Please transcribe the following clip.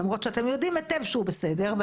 למרות שאתם יודעים היטב שהוא בסדר אבל